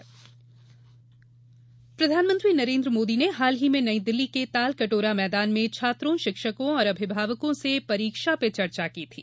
परीक्षा प्रधानमंत्री प्रधानमंत्री नरेन्द्र मोदी ने हाल ही में नई दिल्ली के ताल कटोरा मैदान में छात्रों शिक्षकों और अभिभावकों से परीक्षा पर चर्चा की थी